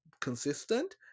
consistent